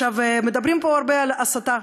מדברים פה הרבה על הסתה,